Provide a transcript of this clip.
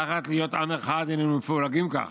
תחת להיות עם אחד היננו מפולגים כל כך.